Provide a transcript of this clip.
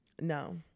No